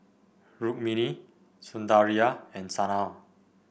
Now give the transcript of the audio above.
Rukmini Sundaraiah and Sanal